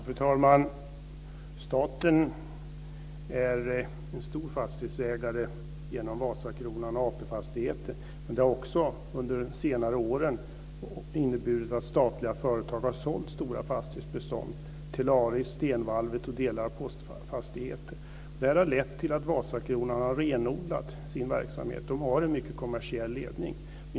Fru talman! Staten är en stor fastighetsägare genom Vasakronan och AP Fastigheter, men det har under senare år inneburit att statliga företag har sålt stora fastighetsbestånd till Telaris, Stenvalvet och delar av Postfastigheter. Det här har lett till att Vasakronan har renodlat sin verksamhet. De har en mycket kommersiell ledning.